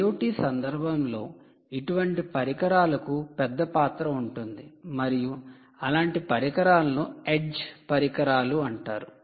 IoT సందర్భంలో ఇటువంటి పరికరాలకు పెద్ద పాత్ర ఉంటుంది మరియు అలాంటి పరికరాలను ఎడ్జ్ పరికరాలు అంటారు